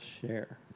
share